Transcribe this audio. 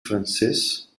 francês